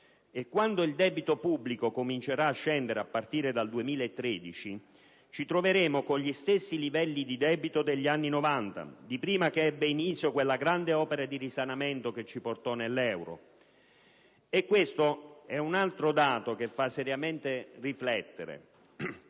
E quando il debito pubblico comincerà a scendere, a partire dal 2013, ci troveremo con gli stessi livelli di debito degli anni '90, di prima che ebbe inizio quella grande opera di risanamento che ci portò nell'euro. Questo è un altro dato che fa seriamente riflettere: